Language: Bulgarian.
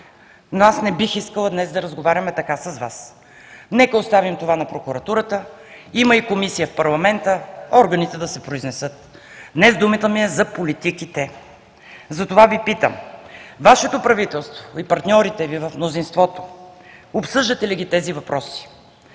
Но аз не бих искала днес да разговаряме така с Вас. Нека оставим това на прокуратурата, има и Комисия в парламента, органите да се произнесат. Днес думата ми е за политиките. Затова Ви питам: Вашето правителство и партньорите Ви в мнозинството, обсъждате ли ги тези въпроси?